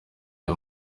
aya